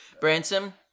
Branson